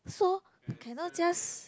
so cannot just